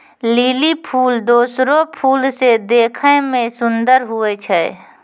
lily फूल दोसरो फूल से देखै मे सुन्दर हुवै छै